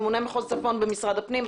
ממונה מחוז צפון במשרד הפנים,